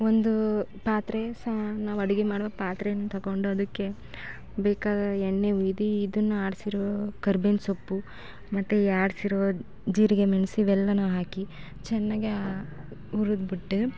ಒಂದೂ ಪಾತ್ರೆ ಸಹ ನಾವು ಅಡುಗೆ ಮಾಡುವ ಪಾತ್ರೆಯನ್ನು ತಗೊಂಡು ಅದಕ್ಕೆ ಬೇಕಾದ ಎಣ್ಣೆ ಹುಯ್ದಿ ಇದನ್ನು ಆಡಿಸಿರೋ ಕರ್ಬೇವಿನ ಸೊಪ್ಪು ಮತ್ತು ಈ ಆಡಿಸಿರೋ ಜೀರಿಗೆ ಮೆಣ್ಸು ಇವೆಲ್ಲ ಹಾಕಿ ಚೆನ್ನಾಗಾ ಹುರಿದ್ಬಿಟ್